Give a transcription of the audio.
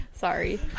Sorry